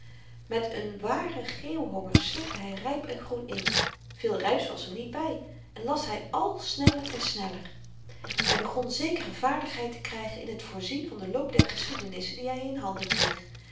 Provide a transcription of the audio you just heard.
met n waren geeuwhonger slikte hy ryp en groen in véél ryps was er niet by en las hy al sneller en sneller hy begon zekere vaardigheid te krygen in t voorzien van den loop der geschiedenissen die hy in handen kreeg